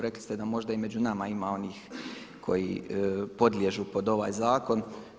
Rekli ste da možda i među nama ima onih koji podliježu pod ovaj zakon.